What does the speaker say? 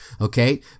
okay